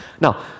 Now